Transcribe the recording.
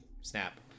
Snap